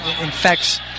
infects